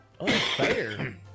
Unfair